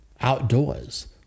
outdoors